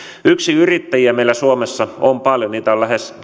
yksinyrittäjiä meillä suomessa on paljon heitä on lähes